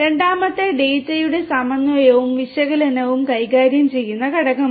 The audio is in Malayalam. രണ്ടാമത്തേത് ഡാറ്റയുടെ സമന്വയവും വിശകലനവും കൈകാര്യം ചെയ്യുന്ന ഘടകമാണ്